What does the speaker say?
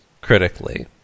critically